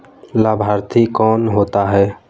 लाभार्थी कौन होता है?